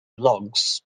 blogs